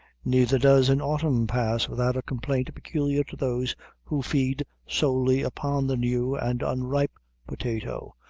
neither does an autumn pass without a complaint peculiar to those who feed solely upon the new and unripe potato,